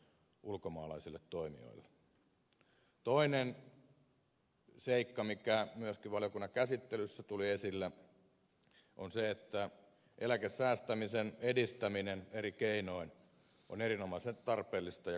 toinen seikka mikä myöskin valiokunnan käsittelyssä tuli esille on se että eläkesäästämisen edistäminen eri keinoin on erinomaisen tarpeellista ja kannustettavaa